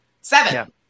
Seven